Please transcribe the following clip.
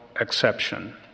exception